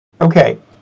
Okay